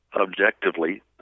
objectively